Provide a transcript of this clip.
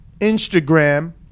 instagram